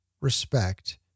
respect